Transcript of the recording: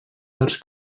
dels